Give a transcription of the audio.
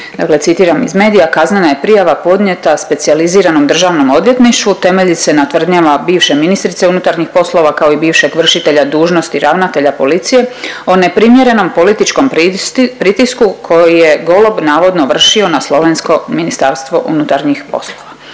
citiram iz medija kaznena je prijava podnijela specijaliziranom državnom odvjetništvu temelji se na tvrdnjama bivše ministrice unutarnjih poslova kao i bivšeg vršitelja dužnosti ravnatelja policije, o neprimjerenom političkom pritisku koji je Golob navodno vršio na slovensko Ministarstvo unutarnjih poslova.